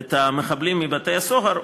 את המחבלים מבתי-הסוהר,